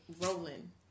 rolling